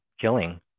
killing